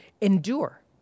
endure